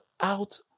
out